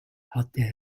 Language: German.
hatte